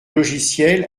logiciel